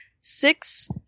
six